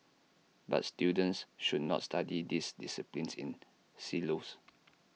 but students should not study these disciplines in silos